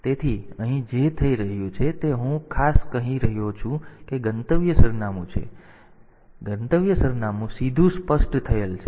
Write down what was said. તેથી અહીં જે થઈ રહ્યું છે તે હું ખાસ કહી રહ્યો છું કે ગંતવ્યનું સરનામું શું છે ગંતવ્ય સરનામું સીધું સ્પષ્ટ થયેલ છે